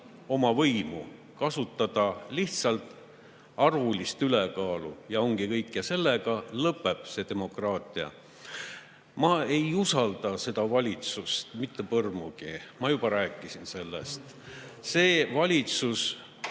oma võimu, kasutada lihtsalt arvulist ülekaalu, ja ongi kõik. Ja sellega lõpeb demokraatia. Ma ei usalda seda valitsust mitte põrmugi, ma juba rääkisin sellest. See valitsus